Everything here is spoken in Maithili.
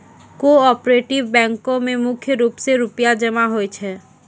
कोऑपरेटिव बैंको म मुख्य रूप से रूपया जमा होय छै